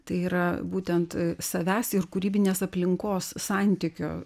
tai yra būtent savęs ir kūrybinės aplinkos santykio